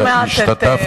ושמאל.